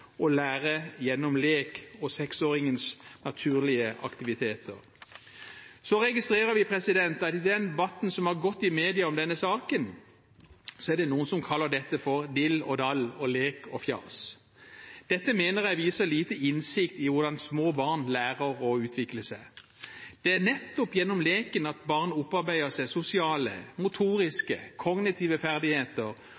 lære gjennom lek og seksåringens naturlige aktiviteter. Så registrerer vi at i den debatten som har gått i media om denne saken, er det noen som kaller dette for «dill og dall og lek og fjas». Dette mener jeg viser liten innsikt i hvordan små barn lærer å utvikle seg. Det er nettopp gjennom leken at barn opparbeider seg sosiale,